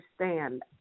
understand